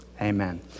Amen